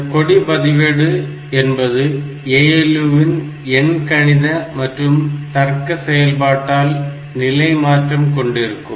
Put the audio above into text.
இந்த கொடி பதிவேடு என்பது ALU இன் எண்கணித மற்றும் தர்க்க செயல்பாட்டால் நிலை மாற்றம் கொண்டிருக்கும்